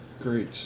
Great